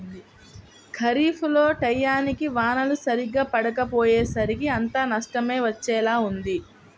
ఖరీఫ్ లో టైయ్యానికి వానలు సరిగ్గా పడకపొయ్యేసరికి అంతా నష్టమే వచ్చేలా ఉంది